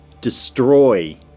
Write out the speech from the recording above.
destroy